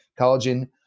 Collagen